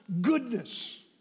goodness